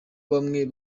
bamwe